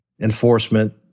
enforcement